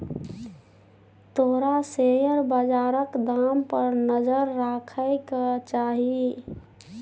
तोरा शेयर बजारक दाम पर नजर राखय केँ चाही